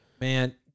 man